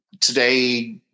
today